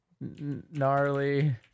gnarly